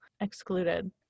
excluded